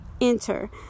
enter